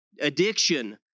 addiction